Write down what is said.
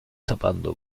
tapando